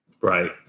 Right